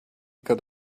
could